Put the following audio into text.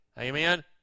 Amen